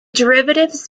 derivatives